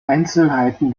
einzelheiten